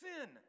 sin